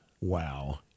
Wow